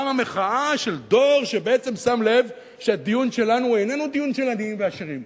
קמה מחאה של דור שבעצם שם לב שהדיון שלנו איננו דיון של עניים ועשירים,